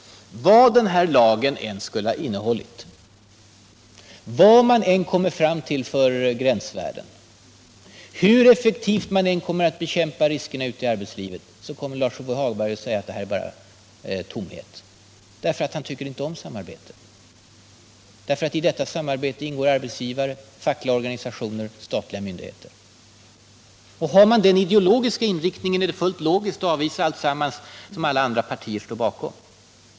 Vad den här lagen än skulle ha innehållit, vad man än kommer fram till för gränsvärden och hur effektivt man än kommer att bekämpa riskerna ute i arbetslivet, så kommer Lars-Ove Hagberg att säga att det bara är ”tom 39 het”, därför att han inte tycker om samarbete mellan arbetsgivare, fackliga organisationer och statliga myndigheter. Har man den ideologiska inriktningen är det fullt logiskt att avvisa alltsammans som alla andra partier står bakom.